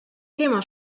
thema